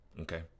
okay